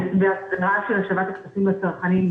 בהסדרה של השבת הכספים לצרכנים,